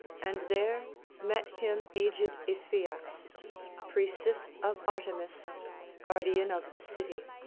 and there met him aged iphias, priestess of artemis guardian of the city,